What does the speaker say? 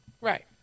Right